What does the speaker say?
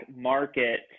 market